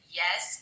yes